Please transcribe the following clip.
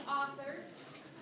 authors